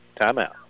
Timeout